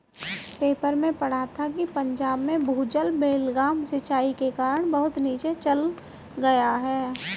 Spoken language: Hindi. पेपर में पढ़ा था कि पंजाब में भूजल बेलगाम सिंचाई के कारण बहुत नीचे चल गया है